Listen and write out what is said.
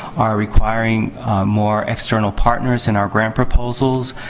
are requiring more external partners in our grant proposals,